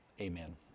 amen